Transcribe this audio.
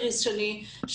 איריס שני,